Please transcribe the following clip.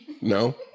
No